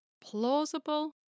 Plausible